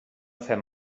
fem